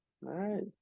right